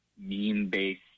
meme-based